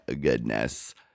goodness